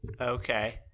Okay